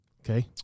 Okay